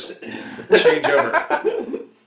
changeover